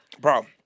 Bro